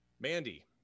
Mandy